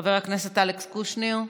חבר הכנסת אלכס קושניר,